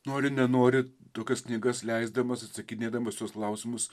nori nenori tokias knygas leisdamas atsakinėdamas į tuos klausimus